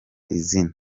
izina